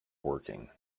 woking